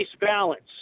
balance